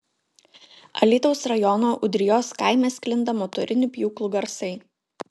alytaus rajono ūdrijos kaime sklinda motorinių pjūklų garsai